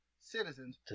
citizens